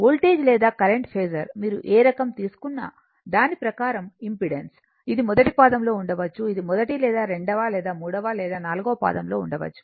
voltage లేదా current phasor మీరు ఏ రకం తీసుకున్నా దాని ప్రకారం ఇంపెడెన్స్ ఇది మొదటి పాదం లో ఉండవచ్చు ఇది మొదటి లేదా రెండవ లేదా మూడవ లేదా నాల్గవ పాదం లో ఉండవచ్చు